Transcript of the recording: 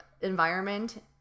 environment